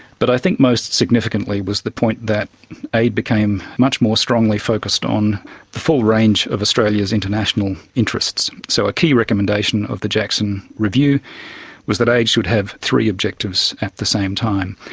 but i think most significantly was the point that aid became much more strongly focused on the full range of australia's international interests. so a key recommendation of the jackson review was that aid should have three objectives at the same time.